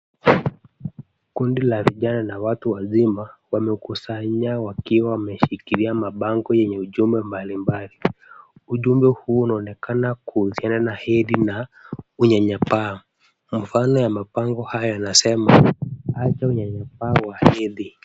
Kundi la vijana na watu wazima, wamekusanya wakiwa wameshikilia mabango yenye ujumbe mbalimbali. Ujumbe huu unaonekana kuhusiana na hedhi na unyanyapaa. Mfano ya mabango hayo yanasema, acha unyanyapaa wa hedhi.